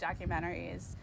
documentaries